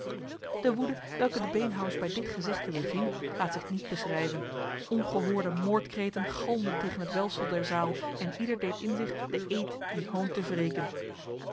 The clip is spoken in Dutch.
de woede welke de beenhouwers bij dit gezegde beving laat zich niet beschrijven ongehoorde moordkreten galmden tegen het welfsel der zaal en ieder deed in zich de eed die hoon te wreken